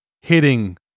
hitting